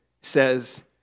says